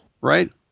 Right